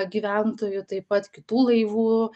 gyventojų taip pat kitų laivų